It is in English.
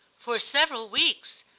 for several weeks,